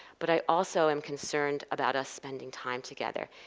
but i also am concerned about us spending time together.